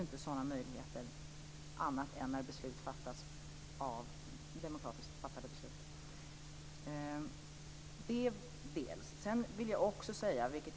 Det är de möjligheter som finns vid demokratiskt fattade beslut.